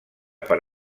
per